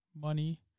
money